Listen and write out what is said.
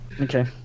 Okay